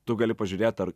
tu gali pažiūrėt ar